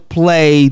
play